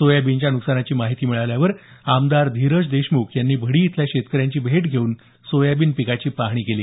सोयाबीनच्या नुकसानीची माहिती मिळाल्यावर आमदार धीरज देशमुख यांनी भडी इथल्या शेतकऱ्यांची भेट घेऊन सोयाबीन पिकाची पाहणी केली